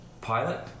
pilot